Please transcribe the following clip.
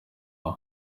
wawe